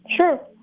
Sure